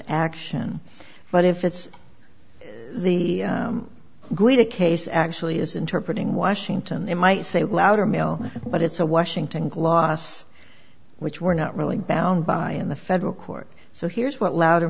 action but if it's the great a case actually is interpret in washington it might say louder mail but it's a washington gloss which we're not really bound by in the federal court so here's what lauder